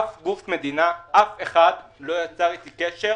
אף גוף של המדינה, אף אחד לא יצר איתי קשר